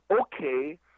Okay